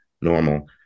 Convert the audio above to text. normal